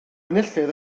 enillydd